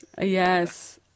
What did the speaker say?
Yes